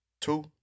Two